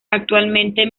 actualmente